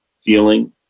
feeling